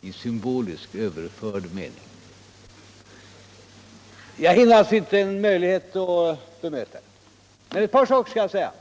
I symbolisk överförd mening. Jag har alltså inte någon möjlighet att bemöta er. Men ctt par saker skall jag säga.